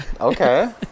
Okay